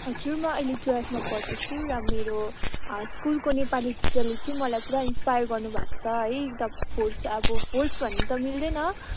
हजुर म अहिले टुवेल्भमा पढ्दैछु र मेरो स्कुलको नेपाली टिचरले चाहिँ मलाई पुरा इन्सपायर गर्नुभएको छ है फोर्स अब फोर्स भन्नु मिल्दैन